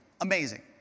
amazing